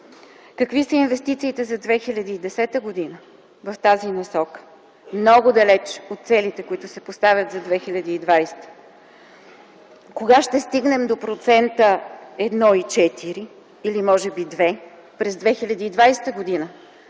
Какви са инвестициите за 2010 г. в тази насока? Много далече от целите, които се поставят за 2020. А кога ще стигнем до процента 1,4 или може би 2 – през 2020 г.?